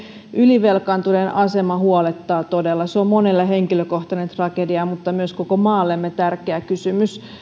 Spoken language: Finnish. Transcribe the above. ylivelkaantuneen asema huolettaa todella se on monelle henkilökohtainen tragedia mutta myös koko maallemme tärkeä kysymys